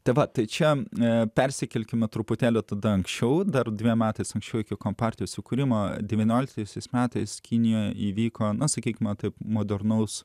tėvai tai čia ne persikelkime truputėlį tada anksčiau dar dviem matėsi šiokiu kompartijos sukūrimą devynioliktaisiais metais kinijoje įvyko na sakykime taip modernaus